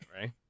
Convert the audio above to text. Right